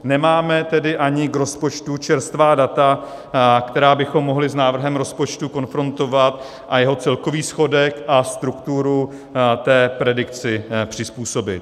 Nemáme tedy k rozpočtu ani čerstvá data, která bychom mohli s návrhem rozpočtu konfrontovat, a jeho celkový schodek a strukturu té predikci přizpůsobit.